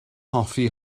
hoffi